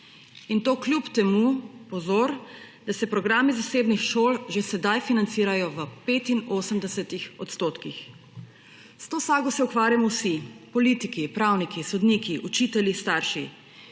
in to kljub temu, pozor, da se programi zasebnih šol že sedaj financirajo v 85 %. S to sago se ukvarjamo vsi, politiki, pravniki, sodniki, učitelji, starši